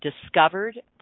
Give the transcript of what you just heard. discovered